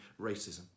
racism